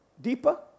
deeper